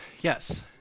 Yes